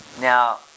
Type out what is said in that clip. Now